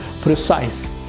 precise